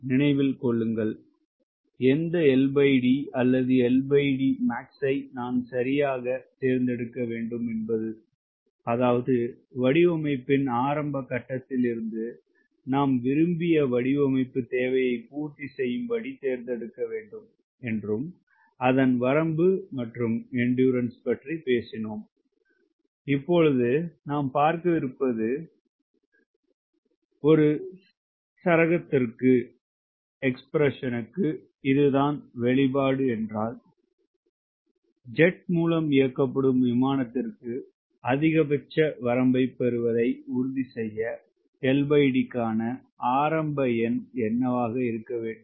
நினைவில் கொள்ளுங்கள் எந்த LD அல்லது LDmax ஐ நான் சரியாக எதைத் தேர்ந்தெடுக்க வேண்டும் அதாவது வடிவமைப்பின் ஆரம்ப கட்டத்தில் இருந்து நாம் விரும்பிய வடிவமைப்பு தேவையை பூர்த்தி செய்யும்படி தேர்ந்தெடுக்க வேண்டும் என்றும் அதன் வரம்பு மற்றும் எண்டுறன்ஸ் பற்றி பேசினோம் இப்பொழுது நாம் பார்க்கவிருப்பது ஒரு சரகத்துக்கு இதுதான் வெளிப்பாடு என்றால் ஜெட் மூலம் இயக்கப்படும் விமானத்திற்கு அதிகபட்ச வரம்பைப் பெறுவதை உறுதிசெய்ய LD க்கான ஆரம்ப எண் என்னவாக இருக்க வேண்டும்